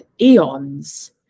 eons